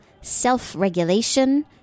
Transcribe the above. Self-regulation